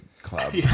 club